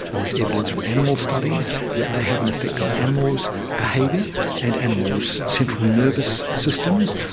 there's evidence from animal studies that they have an effect on animals' behaviour and animals' central nervous systems.